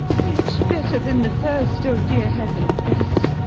which better than the first, o dear heaven, bless!